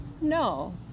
No